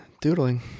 Doodling